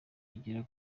igera